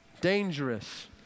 dangerous